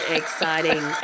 exciting